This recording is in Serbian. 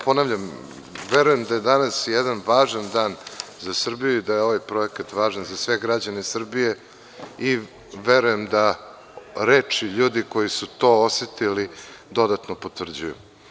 Ponavljam, verujem da je danas jedan važan dan za Srbiju i da je ovaj projekat važan za sve građane Srbije i verujem da reči ljudi koji su to osetili dodatno potvrđuju.